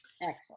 Excellent